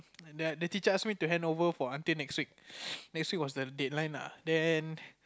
the teacher ask me to handover for until next week next week was the deadline lah then